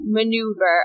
maneuver